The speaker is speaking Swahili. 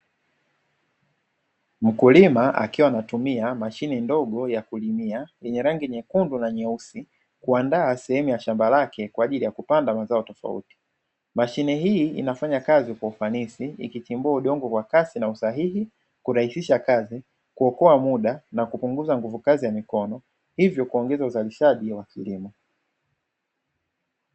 Mkulima akiwa anatumia mashine ndogo ya kulimia, yenye rangi nyekundu na nyeusi, kuandaa sehemu ya shamba lake kwa ajili ya kupanda mazao tofauti; mashine hii inafanya kazi kwa ufanisi, ikichimbua udongo kwa kasi na usahihi, kurahisisha kazi, kuokoa muda na kupunguza nguvu kazi ya mikono, hivyo kuongeza uzalishaji wa kilimo.